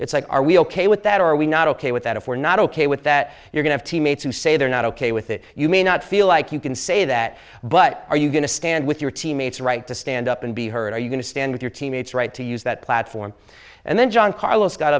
it's like are we ok with that are we not ok with that if we're not ok with that you're going to teammates who say they're not ok with it you may not feel like you can say that but are you going to stand with your teammates right to stand up and be heard are you going to stand with your teammates right to use that platform and then john carlos got